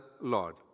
Lord